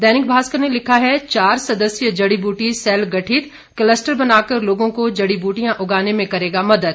दैनिक भास्कर ने लिखा है चार सदस्यीय जड़ी बूटी सैल गठित क्लस्टर बना कर लोगों को जड़ी बूटियां उगाने में करेगा मदद